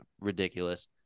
ridiculous